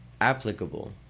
applicable